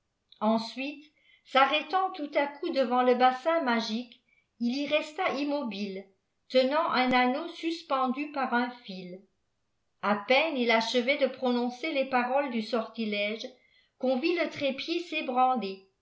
erisjius arrêtant tout à coup devant lebasëin magique ily resia immobile tenant jun anneau suspendu par un fil a peine il achevait de prononcer les paroles du sortrlégej qu'on vit le trépied